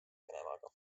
venemaaga